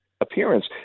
appearance